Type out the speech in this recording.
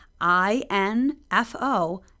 I-N-F-O